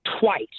twice